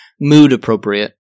mood-appropriate